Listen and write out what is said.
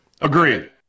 Agreed